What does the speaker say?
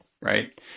right